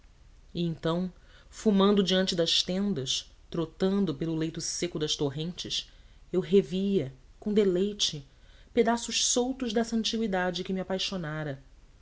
então fumando diante das tendas trotando pelo leito seco das torrentes eu revia com deleite pedaços soltos dessa antigüidade que me apaixonara